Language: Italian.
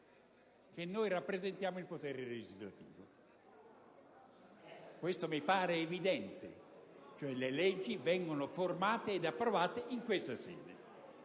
che noi rappresentiamo il potere legislativo, questo mi pare evidente. Le leggi vengono formate ed approvate in questa sede.